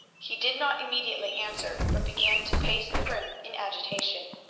he did not immediately answer, but began to pace the room in agitation.